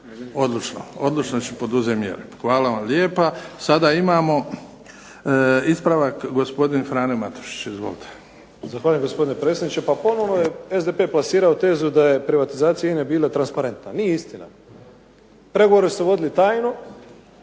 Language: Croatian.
Odlučno, odlučno ću poduzeti mjere. Hvala vam lijepa. Sada imamo ispravak, gospodin Frane Matušić. Izvolite. **Matušić, Frano (HDZ)** Zahvaljujem gospodine predsjedniče, pa ponovno je SDP plasirao tezu da je privatizacija INA-e bila transparentna. Nije istina. Pregovori su se vodili tajno,